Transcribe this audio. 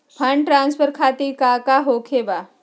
Fund transfer खातिर काका होखे का बा?